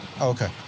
okay